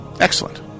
Excellent